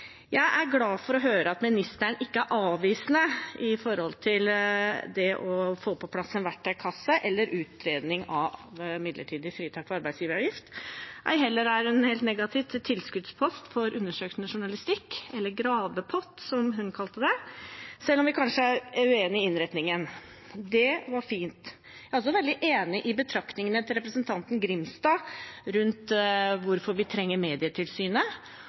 Jeg er glad for å høre at ministeren ikke er avvisende til å få på plass en verktøykasse eller en utredning av midlertidig fritak for arbeidsgiveravgift, ei heller er hun helt negativ til tilskuddspost for undersøkende journalistikk – eller gravepott, som hun kalte det – selv om vi kanskje er uenig i innretningen. Det var fint. Jeg er også veldig enig i betraktningene til representanten Grimstad rundt hvorfor vi trenger Medietilsynet,